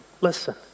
listen